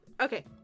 Okay